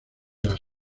las